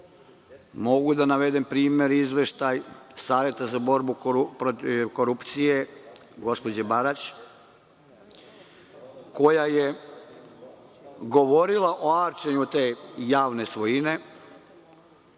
Mogu da navedem primere, npr. Izveštaj Saveta za borbu protiv korupcije gospođe Barać, koja je govorila o arčenju te javne svojine